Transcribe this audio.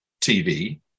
TV